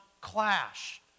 clash